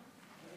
גברתי